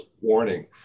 warning